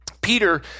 Peter